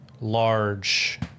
large